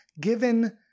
given